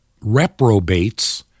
reprobates